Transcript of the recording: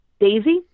Daisy